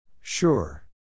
Sure